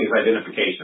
identification